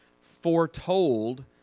foretold